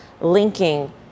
linking